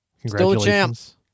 congratulations